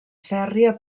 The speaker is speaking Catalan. fèrria